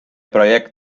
projekt